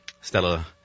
Stella